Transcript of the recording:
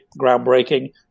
groundbreaking